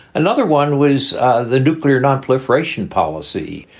another one was the nuclear nonproliferation policy,